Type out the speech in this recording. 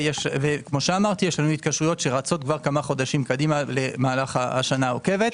ויש לנו כאמור התקשרויות שרצות כמה חודשים קדימה למהלך השנה העוקבת.